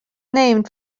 named